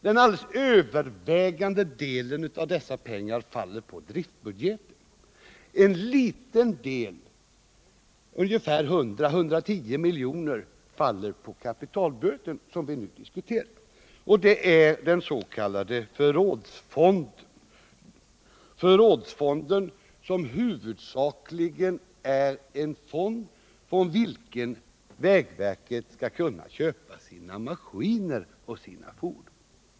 Den alldeles övervägande delen av dessa pengar faller på driftbudgeten, medan bara en liten del — ungefär 100-110 milj.kr. — faller på kapitalbudgeten, som vi nu diskuterar, och det avser den s.k. förrådsfonden. Förrådsfonden är huvudsakligen en fond från vilken vägverket skall kunna ta pengar för att köpa sina maskiner och fordon.